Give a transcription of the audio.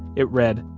it read,